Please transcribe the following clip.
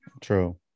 True